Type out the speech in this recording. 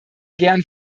gern